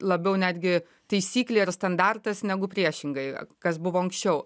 labiau netgi taisyklė ir standartas negu priešingai kas buvo anksčiau